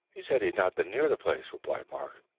he said he'd not been near the place, replied mark,